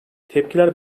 tepkiler